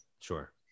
Sure